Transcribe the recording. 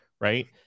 right